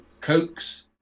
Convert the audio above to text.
Coke's